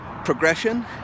progression